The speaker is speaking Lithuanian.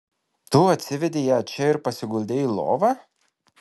tu atsivedei ją čia ir pasiguldei į lovą